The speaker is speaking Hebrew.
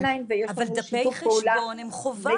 ליין בשיתוף פעולה --- אבל דפי חשבון הם חובה.